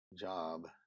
job